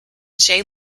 jay